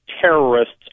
terrorists